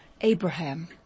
Abraham